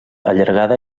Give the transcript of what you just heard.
allargada